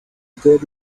good